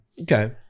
okay